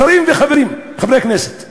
שרים וחברי כנסת,